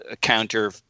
counter